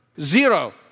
Zero